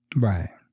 Right